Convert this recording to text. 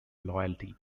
loyalty